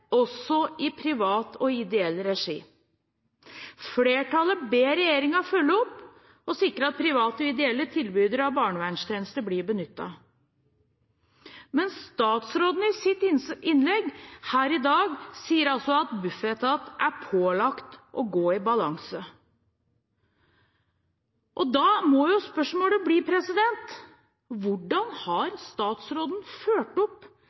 også privat og ideell. Flertallet ber regjeringen følge opp, og sikre, at private og ideelle tilbydere av barnevernstjenester blir benyttet Men statsråden sier i sitt innlegg her i dag at Bufetat er pålagt å gå i balanse. Da må spørsmålet bli: Hvordan har statsråden fulgt opp